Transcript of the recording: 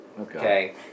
Okay